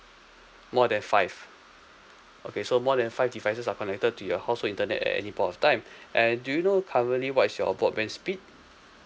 more than five okay so more than five devices are connected to your household internet at any point of time and do you know currently what is your broadband speed